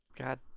god